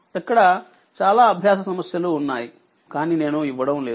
ఇక్కడ చాలా అభ్యాస సమస్యలు ఉన్నాయి కానీ నేను ఇవ్వడంలేదు